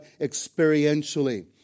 experientially